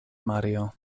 mario